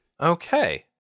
Okay